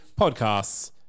podcasts